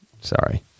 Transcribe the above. Sorry